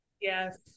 yes